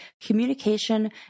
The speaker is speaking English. communication